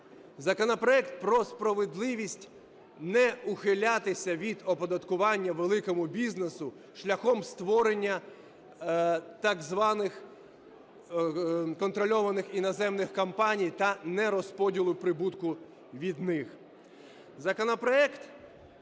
законопроект про справедливість = не ухилятися від оподаткування великому бізнесу шляхом створення так званих контрольованих іноземних компаній та нерозподілу прибутку від них.